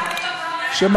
היא די טופחת על,